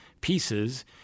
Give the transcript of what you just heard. pieces